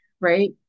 right